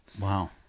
wow